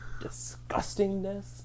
disgustingness